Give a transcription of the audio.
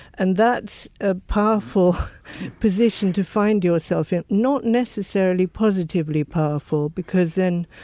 and that's a powerful position to find yourself in, not necessarily positively powerful because then,